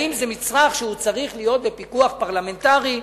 האם זה מצרך שמחירו צריך להיות בפיקוח פרלמנטרי?